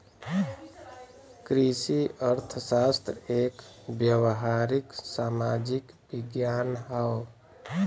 कृषि अर्थशास्त्र एक व्यावहारिक सामाजिक विज्ञान हौ